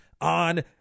on